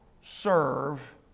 serve